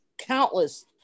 countless